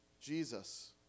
Jesus